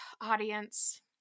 audience